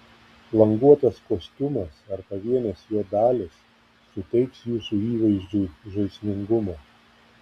languotas kostiumas ar pavienės jo dalys suteiks jūsų įvaizdžiui žaismingumo